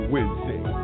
Wednesday